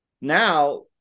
now